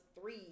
three